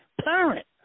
parent